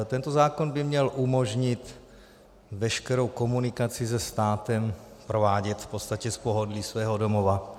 Tento zákon by měl umožnit veškerou komunikaci se státem provádět v podstatě z pohodlí svého domova.